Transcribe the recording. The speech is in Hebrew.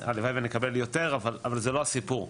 הלוואי ונקבל יותר אבל זה לא הסיפור.